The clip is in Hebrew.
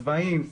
צבעים,